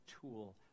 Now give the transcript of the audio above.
tool